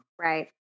Right